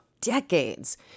decades